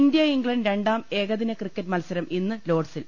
India England രണ്ടാം ഏകദിന cricket മത്സരം ഇന്ന് ലോഡ്സിൽ